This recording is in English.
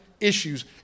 issues